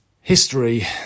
history